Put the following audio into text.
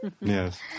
Yes